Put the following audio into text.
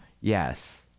Yes